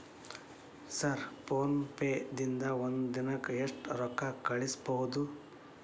Sir PhonePe ದಿಂದ ಒಂದು ದಿನಕ್ಕೆ ಎಷ್ಟು ರೊಕ್ಕಾ ಕಳಿಸಬಹುದು?